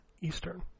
Eastern